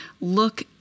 look